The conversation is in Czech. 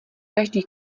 každý